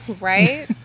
right